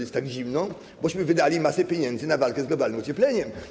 Jest tak zimno, bośmy wydali masę pieniędzy na walkę z globalnym ociepleniem.